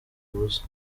ubusa